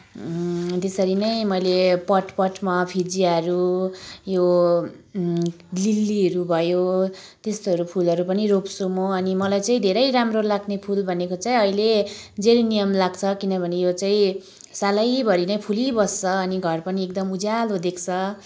त्यसरी नै मैले पट पटमा फिजियाहरू यो लिल्लीहरू भयो त्यस्तोहरू फुलहरू पनि रोप्छु म अनि मलाई चाहिँ धेरै राम्रो लाग्ने फुल भनेको चाहिँ अहिले जेरिनियम लाग्छ किनभने यो चाहिँ सालैभरि नै फुलिबस्छ अनि घरपनि एकदम उज्यालो देख्छ